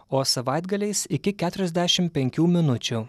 o savaitgaliais iki keturiasdešim penkių minučių